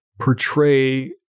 portray